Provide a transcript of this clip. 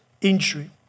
injury